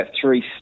three